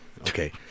Okay